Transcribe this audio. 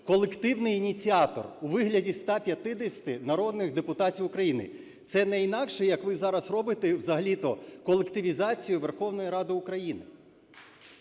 колективний ініціатор у вигляді 150 народних депутатів України. Це не інакше, як ви зараз робите взагалі-то колективізацію Верховної Ради України.